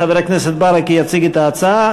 חבר הכנסת ברכה יציג את ההצעה.